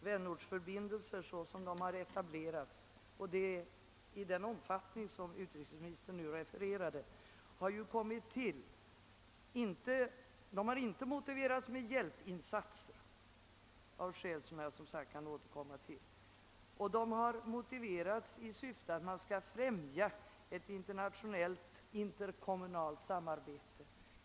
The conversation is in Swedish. Vänortsförbindelser såsom de har etablerats och i den omfattning som utrikesministern nämnde har inte motiverats med hjälpinsatser — av skäl som jag senare i dag skall återkomma till — utan syftet med dem har varit att främja ett internationellt interkommunalt samarbete.